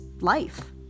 life